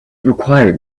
required